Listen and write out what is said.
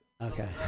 Okay